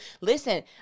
listen